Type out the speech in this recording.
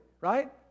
right